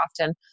often